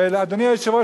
אדוני היושב-ראש,